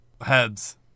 Heads